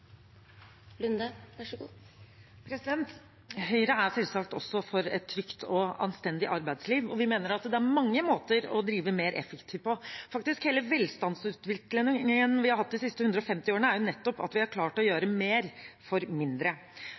selvsagt også for et trygt og anstendig arbeidsliv, og vi mener det er mange måter å drive mer effektivt på. Faktisk kommer hele velstandsutviklingen vi har hatt de siste 150 årene, nettopp av at vi har klart å gjøre mer for mindre.